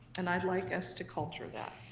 and i'd like us to culture that.